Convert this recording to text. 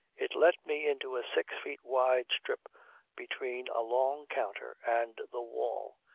it let me into a six-feet wide strip between a long counter and the wall,